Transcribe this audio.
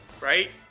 right